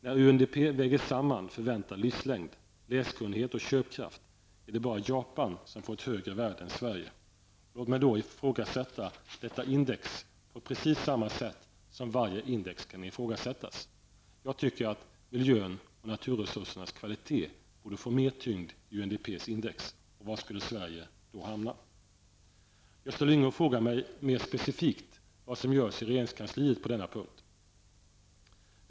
När UNDP väger samman förväntad livslängd, läskunnighet och köpkraft är det bara Japan som får ett högre värde än Sverige. Låt mig då ifrågasätta detta index på precis samma sätt som varje index kan ifrågasättas. Jag tycker att miljöns och naturresursernas kvalitet borde få mer tyngd i UNDPs index -- och var skulle Sverige då hamna? Gösta Lyngå frågar mig mer specifikt vad som görs i regeringskansliet på denna punkt.